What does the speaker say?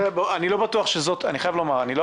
אני לא בטוח שזו הבמה.